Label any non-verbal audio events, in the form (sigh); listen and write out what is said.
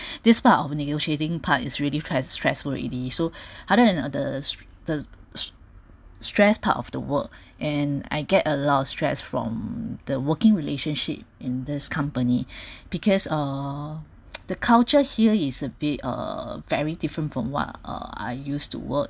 this part of negotiating part is really stressful already so other than the the stress part of the work and I get a lot of stress from the working relationship in this company because uh (noise) the culture here is a bit uh very different from what uh I used to work